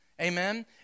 amen